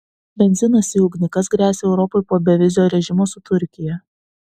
benzinas į ugnį kas gresia europai po bevizio režimo su turkija